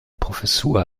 professur